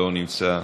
לא נמצא,